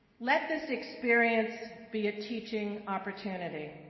let this experience be a teaching opportunity.